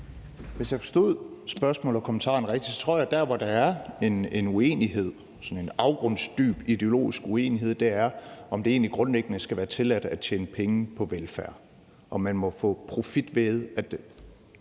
Hvis jeg forstod spørgsmålet og kommentaren rigtigt, tror jeg, at der, hvor der er en uenighed, sådan en afgrundsdyb ideologisk uenighed, er, i forhold til om det egentlig grundlæggende skal være tilladt at tjene penge på velfærd, altså om man må få profit ved at